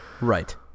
Right